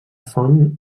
font